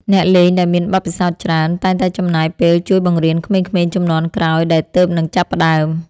អ្នកលេងដែលមានបទពិសោធន៍ច្រើន តែងតែចំណាយពេលជួយបង្រៀនក្មេងៗជំនាន់ក្រោយដែលទើបនឹងចាប់ផ្ដើម។